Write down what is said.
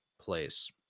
place